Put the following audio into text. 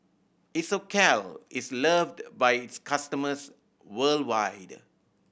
isocal is loved by its customers worldwide